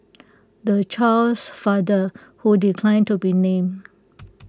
the child's father who declined to be named